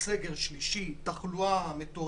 אנחנו בסגר שלישי, התחלואה מטורפת,